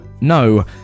no